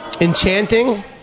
enchanting